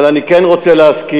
אבל אני כן רוצה להזכיר